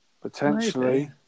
Potentially